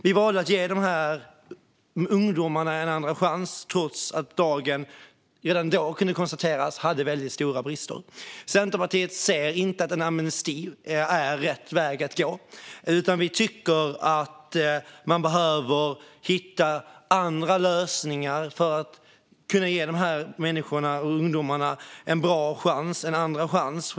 Vi valde att ge dessa ungdomar en andra chans, trots att lagen - vilket kunde konstateras redan då - hade väldigt stora brister. Centerpartiet anser inte att en amnesti är rätt väg att gå, utan vi tycker att man behöver hitta andra lösningar för att kunna ge dessa människor - dessa ungdomar - en bra chans och en andra chans.